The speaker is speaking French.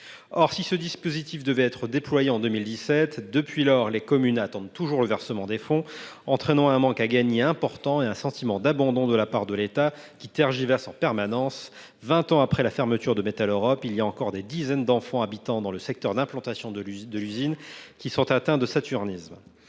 que ce dispositif devait être déployé en 2017, les communes attendent toujours le versement des fonds, entraînant un manque à gagner important et suscitant un sentiment d’abandon de la part de l’État, qui tergiverse en permanence. Vingt ans après la fermeture de Metaleurop, des dizaines d’enfants habitant dans le secteur d’implantation de l’usine restent atteints de saturnisme